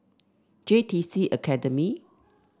J T C Academy